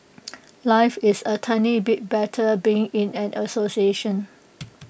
life is A tiny bit better being in an association